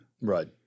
right